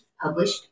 published